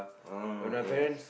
hmm yes